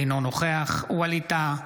אינו נוכח ווליד טאהא,